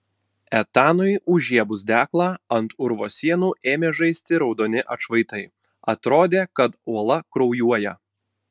etanui užžiebus deglą ant urvo sienų ėmė žaisti raudoni atšvaitai atrodė kad uola kraujuoja